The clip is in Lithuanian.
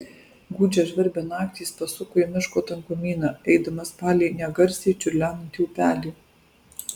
gūdžią žvarbią naktį jis pasuko į miško tankumyną eidamas palei negarsiai čiurlenantį upelį